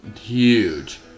huge